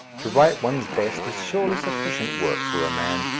to write one's best is surely sufficient work for a man,